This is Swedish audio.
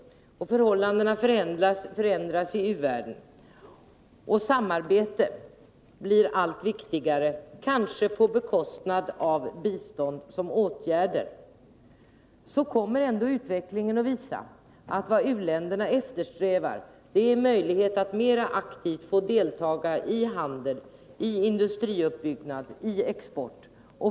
Men låt mig bara säga, herr talman, att allteftersom åren går och förhållandena förändras i u-världen och samarbete blir allt viktigare — kanske på bekostnad av biståndsåtgärder — så kommer ändå utvecklingen att visa att vad u-länderna eftersträvar är möjligheter att mera aktivt delta i handel, industriuppbyggnad och export.